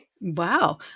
Wow